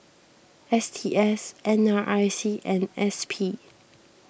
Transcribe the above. S T S N R I C and S P